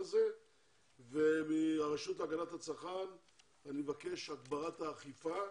אני מבקש מהרשות להגנת הצרכן הגברת האכיפה.